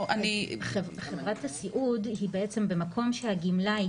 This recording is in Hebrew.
חברת הסיעוד היא בעצם מקום שהגמלאי,